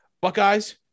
Buckeyes